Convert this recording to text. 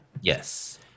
yes